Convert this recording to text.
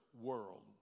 world